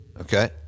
okay